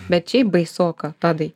bet šiaip baisoka tadai